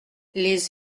les